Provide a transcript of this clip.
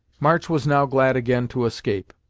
march was now glad again to escape.